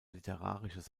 literarisches